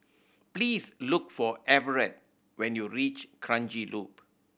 please look for Everette when you reach Kranji Loop